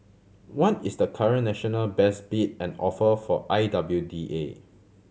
what is the current national best bid and offer for I W D A